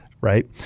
Right